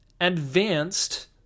advanced